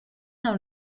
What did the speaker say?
dans